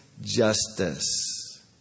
Justice